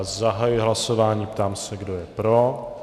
Zahajuji hlasování a ptám se, kdo je pro.